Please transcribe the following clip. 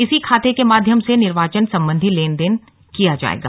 इसी खाते के माध्यम से निर्वाचन संबंधी लेन देन किया जायेगा